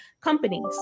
companies